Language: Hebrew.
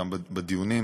גם בדיונים.